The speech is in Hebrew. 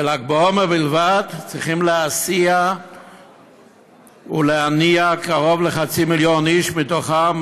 בל"ג בעומר בלבד צריכים להסיע ולהניע קרוב לחצי מיליון איש מהם.